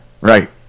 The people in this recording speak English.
Right